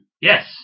Yes